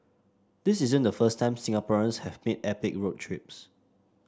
this isn't the first time Singaporeans have made epic road trips